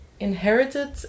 inherited